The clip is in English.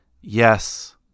Yes